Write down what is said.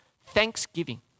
Thanksgiving